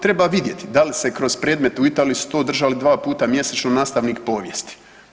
Treba vidjeti da li se kroz predmete, u Italiji su to držali dva puta mjesečno nastavnik povijesti.